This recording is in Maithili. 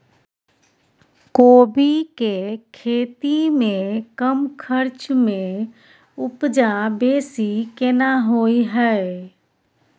कोबी के खेती में कम खर्च में उपजा बेसी केना होय है?